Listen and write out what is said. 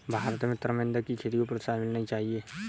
भारत में तरमिंद की खेती को प्रोत्साहन मिलनी चाहिए